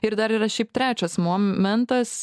ir dar yra šiaip trečias momentas